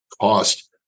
cost